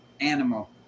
animal